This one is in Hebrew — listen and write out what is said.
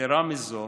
יתרה מזו,